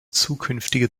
zukünftige